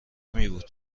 میبود